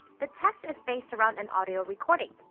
the test is based around an audio recording.